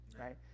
right